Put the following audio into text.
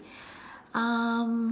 um